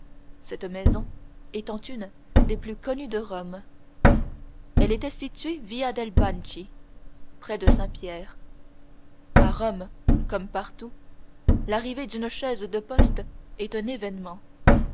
cette maison étant une des plus connues de rome elle était située via dei banchi près de saint-pierre à rome comme partout l'arrivée d'une chaise de poste est un événement